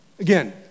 Again